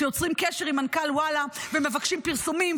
שיוצרים קשר עם מנכ"ל וואלה ומבקשים פרסומים,